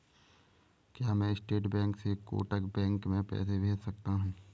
क्या मैं State Bank से कोटक बैंक में पैसे भेज सकता हूँ?